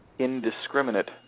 indiscriminate